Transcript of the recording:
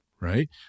right